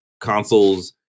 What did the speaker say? consoles